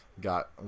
got